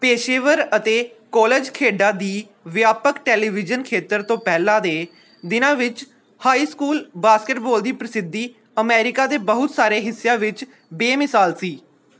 ਪੇਸ਼ੇਵਰ ਅਤੇ ਕਾਲਜ ਖੇਡਾਂ ਦੀ ਵਿਆਪਕ ਟੈਲੀਵਿਜ਼ਨ ਖੇਤਰ ਤੋਂ ਪਹਿਲਾਂ ਦੇ ਦਿਨਾਂ ਵਿੱਚ ਹਾਈ ਸਕੂਲ ਬਾਸਕਟਬਾਲ ਦੀ ਪ੍ਰਸਿੱਧੀ ਅਮਰੀਕਾ ਦੇ ਬਹੁਤ ਸਾਰੇ ਹਿੱਸਿਆਂ ਵਿੱਚ ਬੇਮਿਸਾਲ ਸੀ